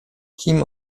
kim